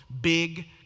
big